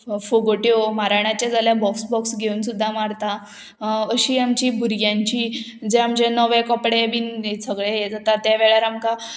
फोगोट्यो माराणे जाल्यार box box घेवन सुद्दां मारता अशी आमची भुरग्यांची जे आमचे नवे कपडे बीन सगळें हें जाता तें वेळार आमकां